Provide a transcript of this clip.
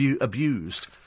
abused